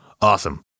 Awesome